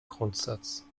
grundsatz